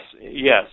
yes